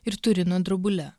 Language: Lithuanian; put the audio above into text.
ir turino drobule